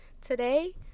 today